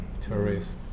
tourists